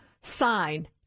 sign